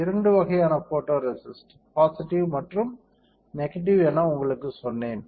இரண்டு வகையான photoresist positive மற்றும் நெகடிவ் என உங்களுக்குச் சொன்னேன்